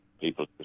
people